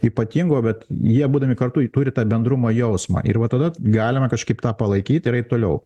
ypatingo bet jie būdami kartu jį turi tą bendrumo jausmą ir va tada galima kažkaip tą palaikyt ir eit toliau